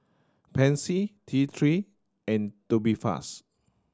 Pansy T Three and Tubifast